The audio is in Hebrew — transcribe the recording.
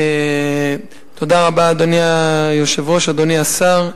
תודה רבה, אדוני היושב-ראש, אדוני השר,